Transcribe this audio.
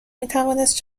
میتوانست